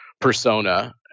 persona